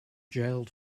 jailed